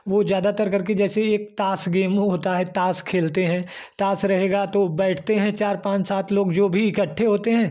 वह ज़्यादातर करके जैसे एक ताश गेम होता है ताश खेलते हैं ताश रहेगा तो बैठते हैं चार पाँच सात लोग जो भी इकट्ठे होते हैं